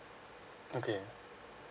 okay